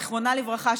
זיכרונה לברכה,